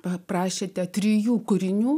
paprašėte trijų kūrinių